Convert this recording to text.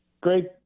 Great